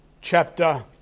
chapter